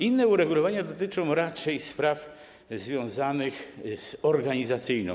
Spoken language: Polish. Inne uregulowania dotyczą raczej spraw związanych z częścią organizacyjną.